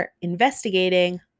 investigating